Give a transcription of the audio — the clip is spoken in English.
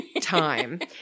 time